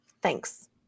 Thanks